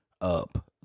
up